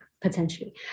potentially